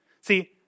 See